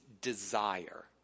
desire